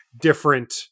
Different